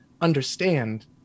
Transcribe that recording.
understand